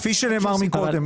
כפי שנאמר קודם,